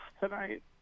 tonight